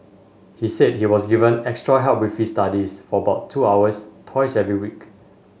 he said he was given extra help with his studies for about two hours twice every week